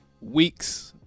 weeks